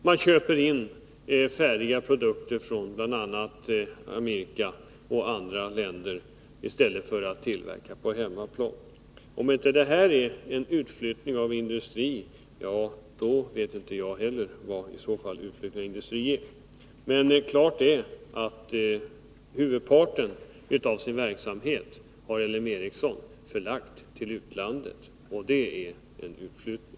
Man köper in färdiga produkter från Amerika och andra länder i stället för att tillverka på hemmaplan. Om inte detta är en utflyttning av industrin, då vet jag inte vad utflyttning av industri är. Men klart är att huvudparten av sin verksamhet har LM Ericsson förlagt till utlandet, och det är utflyttning.